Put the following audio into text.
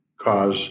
cause